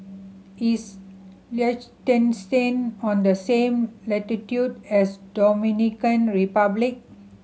is Liechtenstein on the same latitude as Dominican Republic